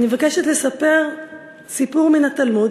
אני מבקשת לספר סיפור מן התלמוד,